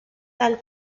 tal